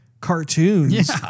cartoons